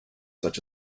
such